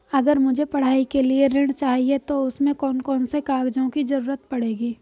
अगर मुझे पढ़ाई के लिए ऋण चाहिए तो उसमें कौन कौन से कागजों की जरूरत पड़ेगी?